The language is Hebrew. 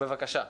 בבקשה,